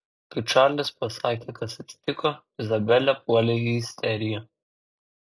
kai čarlis pasakė kas atsitiko izabelė puolė į isteriją